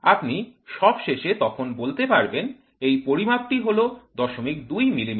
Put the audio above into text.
আপনি সব শেষে তখন বলতে পারবেন এই পরিমাপটি হল ০২ মিলিমিটার